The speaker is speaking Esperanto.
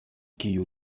kiu